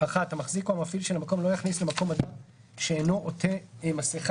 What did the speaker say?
המחזיק או המפעיל של המקום לא יכניס למקום אדם שאינו עוטה מסכה